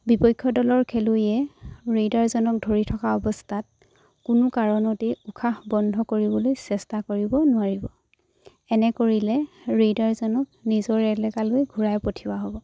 বিপক্ষ দলৰ খেলুৱৈয়ে ৰেইডাৰজনক ধৰি থকা অৱস্থাত কোনো কাৰণতেই উশাহ বন্ধ কৰিবলৈ চেষ্টা কৰিব নোৱাৰিব এনে কৰিলে ৰেইডাৰজনক নিজৰ এলেকালৈ ঘূৰাই পঠিওৱা হ'ব